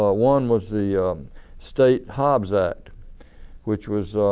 ah one was the state habsat which was